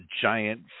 giant